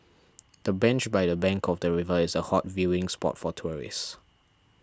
the bench by the bank of the river is a hot viewing spot for tourists